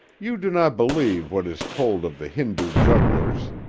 you do not believe what is told of the hindu jugglers,